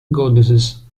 goddesses